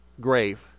grave